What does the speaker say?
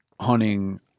hunting